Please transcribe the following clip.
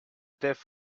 theft